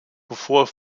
bevor